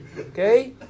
Okay